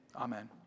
amen